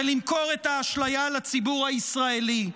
ולמכור את האשליה לציבור הישראלי.